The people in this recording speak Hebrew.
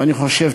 ואני חושב,